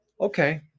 Okay